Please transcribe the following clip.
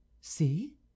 See